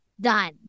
Done